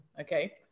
okay